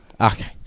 okay